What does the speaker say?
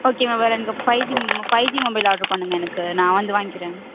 okay ma'am வேறு எனக்கு five G five G mobile order பண்ணுங்க எனக்கு நான் வந்து வாங்கிக்கிறேன்